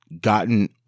gotten